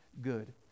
good